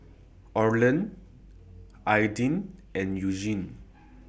Orland Aidan and Elgin